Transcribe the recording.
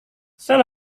saya